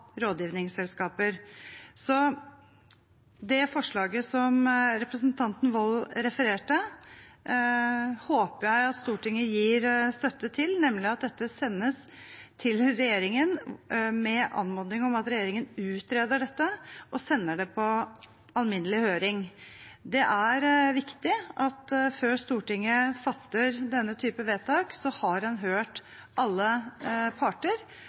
rådgivningsselskaper. Forslaget som representanten Wold refererte til, håper jeg Stortinget gir støtte til, nemlig at dette sendes til regjeringen med anmodning om at regjeringen utreder det og sender det på alminnelig høring. Det er viktig at man, før Stortinget fatter denne type vedtak, har hørt alle parter